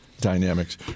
Dynamics